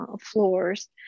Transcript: floors